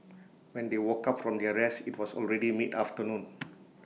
when they woke up from their rest IT was already midafternoon